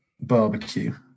barbecue